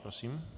Prosím.